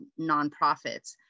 nonprofits